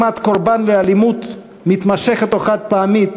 אם את קורבן לאלימות מתמשכת או חד-פעמית,